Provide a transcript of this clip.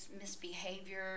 misbehavior